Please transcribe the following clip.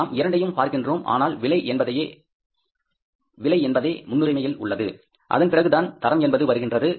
நாம் இரண்டையும் பார்க்கின்றோம் ஆனால் விலை என்பதே முன்னுரிமையில் உள்ளது அதன்பிறகுதான் தரம் என்பது வருகின்றது